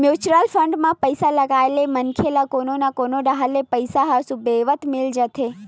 mutual fund म पइसा लगाए ले मनखे ल कोनो न कोनो डाहर ले पइसा ह सुबेवत मिल जाथे